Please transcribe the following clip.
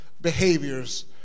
behaviors